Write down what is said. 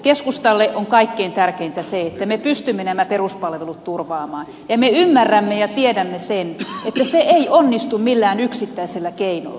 keskustalle on kaikkein tärkeintä se että me pystymme nämä peruspalvelut turvaamaan ja me ymmärrämme ja tiedämme sen että se ei onnistu millään yksittäisellä keinolla